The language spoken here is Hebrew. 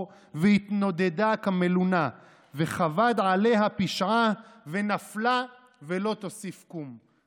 והתנודדה כמלונה וכבד עליה פשעה ונפלה ולא תֹסיף קום".